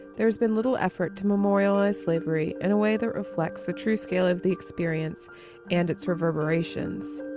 there has been little effort to memorialize slavery in a way that reflects the true scale of the experience and its reverberations.